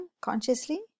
consciously